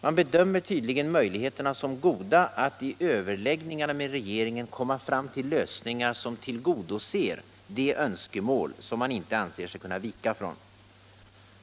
Man bedömer tydligen möjligheterna som goda att i överläggningarna med regeringen komma fram till lösningar som tillgodoser de önskemål som man inte anser sig kunna vika från.